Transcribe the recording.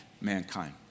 mankind